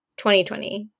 2020